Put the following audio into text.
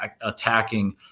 attacking –